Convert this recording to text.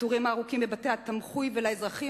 לתורים הארוכים בבתי-התמחוי ולאזרחים